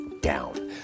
down